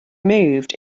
removed